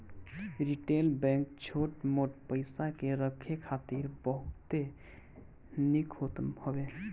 retail bank छोट मोट पईसा के रखे खातिर बहुते निक होत हवे